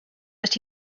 that